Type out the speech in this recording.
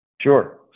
Sure